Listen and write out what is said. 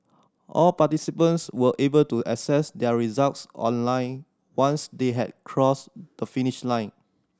all participants were able to access their results online once they had crossed the finish line